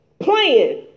playing